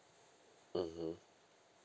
mmhmm